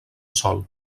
sol